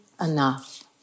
enough